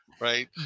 Right